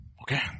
Okay